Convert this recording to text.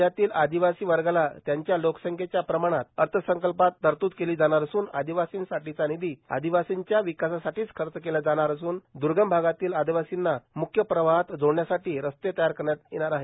राज्यातील आदिवासी वर्गाला त्यांच्या लोकसंख्येच्या प्रमाणात अर्थसंकल्पात तरतुद केली जाणार असून आदिवासीं साठीचा निधी आदिवासींच्या विकासासाठीच खर्च केला जाणार असून दुर्गम भागातील आदिवासींना मुख्य प्रवाहात जोडण्यासाठी रस्ते तयार करण्यात येणार आहे